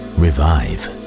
revive